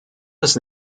das